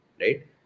Right